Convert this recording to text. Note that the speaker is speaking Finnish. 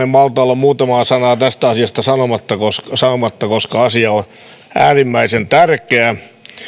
en malta olla muutamaa sanaa tästä asiasta sanomatta koska asia on äärimmäisen tärkeä